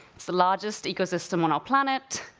it's the largest ecosystem on our planet.